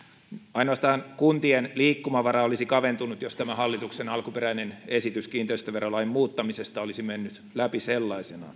ainoastaan kuntien liikkumavara olisi kaventunut jos tämä hallituksen alkuperäinen esitys kiinteistöverolain muuttamisesta olisi mennyt läpi sellaisenaan